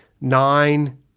nine